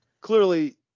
clearly